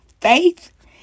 Faith